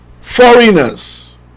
foreigners